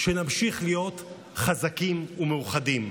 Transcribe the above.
שנמשיך להיות חזקים ומאוחדים.